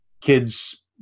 kids